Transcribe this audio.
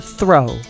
throw